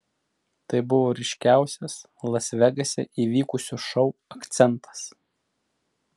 tai buvo ryškiausias las vegase įvykusio šou akcentas